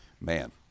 man